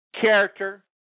character